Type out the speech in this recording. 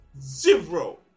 Zero